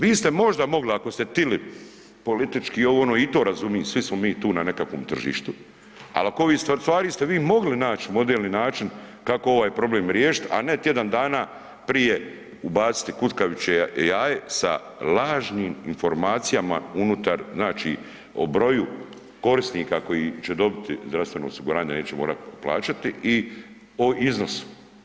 Vi ste možda mogli ako ste htjeli politički ovo, ono, i to razumijem, svi smo mi tu na nekakvom tržištu, ali kod ovih stvari ste vi mogli naći modelni način kako ovaj problem riješiti a ne tjedan dana prije ubaciti kukavičje jaje sa lažnim informacijama unutar znači o broju korisnika koji će dobiti zdravstveno osiguranje, neće morati plaćati i o iznosu.